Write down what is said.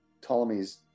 Ptolemy's